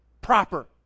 proper